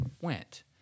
went